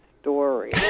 story